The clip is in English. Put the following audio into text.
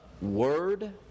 word